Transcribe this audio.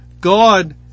God